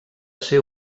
ser